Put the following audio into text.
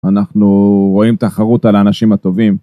אנחנו רואים תחרות על האנשים הטובים.